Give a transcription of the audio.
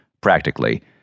practically